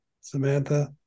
Samantha